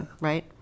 right